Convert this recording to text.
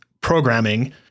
programming